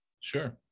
Sure